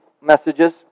messages